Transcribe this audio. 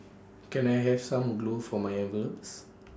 can I have some glue for my envelopes